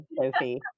Sophie